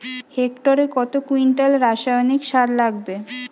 হেক্টরে কত কুইন্টাল রাসায়নিক সার লাগবে?